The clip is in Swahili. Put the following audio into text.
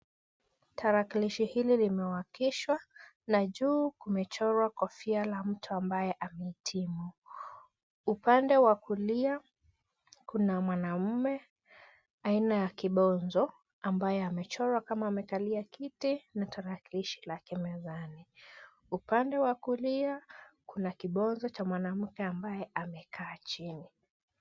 Tarakilishi hili limewakishwa na juu kumechorwa kofia la mtu ambaye amehitimu. Upande wa kulia kuna mwanaume, aina ya kibonzo ambaye amechorwa kama amekalia kiti na tarakilishi lake mezani. Upande wa kulia kuna kibonzo cha mwanamke ambaye amekaa chini.